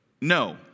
No